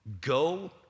Go